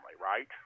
right